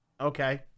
Okay